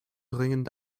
dringend